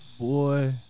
Boy